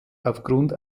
aufgrund